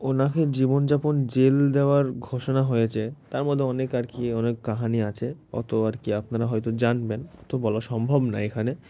ওনাকে জীবনযাপন জেল দেওয়ার ঘোষণা হয়েছে তার মধ্যে অনেক আর কি অনেক কাহিনি আছে অত আর কি আপনারা হয়তো জানবেন অতো বলা সম্ভব না এখানে